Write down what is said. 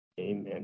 Amen